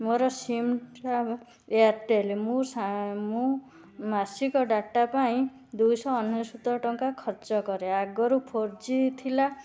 ମୋର ସିମଟା ଏୟାଟେଲ ମୁଁ ମୁଁ ମାସିକ ଡାଟା ପାଇଁ ଦୁଇଶହଅନେଶତ ଟଙ୍କା ଖର୍ଚ୍ଚ କରେ ଆଗରୁ ଫୋରଜି ଥିଲା